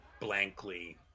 Blankly